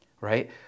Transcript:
right